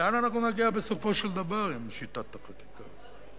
לאן אנחנו נגיע בסופו של דבר עם שיטת החקיקה הזאת?